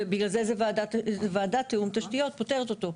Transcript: ובגלל זה זו וועדה לתיאום תשתיות שפותרת אותו.